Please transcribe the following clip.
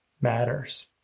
matters